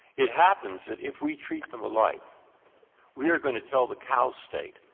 it happens that if we treat them alike we're going to tell the cow state,